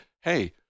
hey